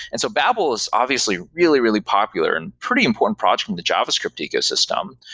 and so babel is obviously really, really popular and pretty important project in the javascript ecosystem.